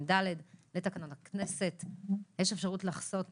120(ד) לתקנון הכנסת יש אפשרות לחסות